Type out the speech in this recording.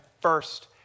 first